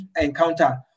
encounter